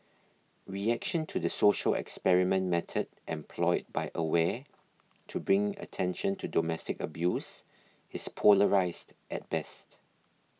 reaction to the social experiment method employed by Aware to bring attention to domestic abuse is polarised at best